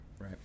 Right